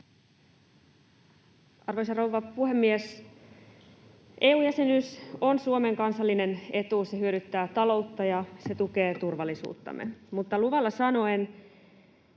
Arvoisa rouva puhemies! EU-jäsenyys on Suomen kansallinen etu. Se hyödyttää taloutta, ja se tukee turvallisuuttamme. Mutta luvalla sanoen